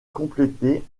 complété